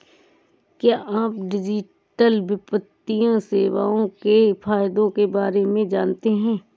क्या आप डिजिटल वित्तीय सेवाओं के फायदों के बारे में जानते हैं?